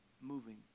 moving